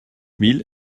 mille